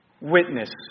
Witness